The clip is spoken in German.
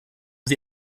sie